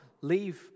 leave